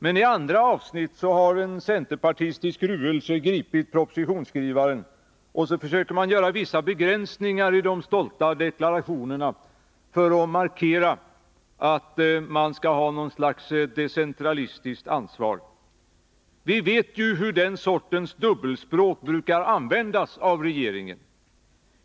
Men i andra avsnitt har en centerpartistisk ruelse gripit propositionsskrivaren, och så försöker man göra vissa begränsningar i de stolta deklarationerna för att markera att man har något slags decentralistiskt ansvar. Vi vet ju hur den sortens dubbelspråk brukar användas av regeringen.